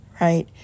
right